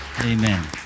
Amen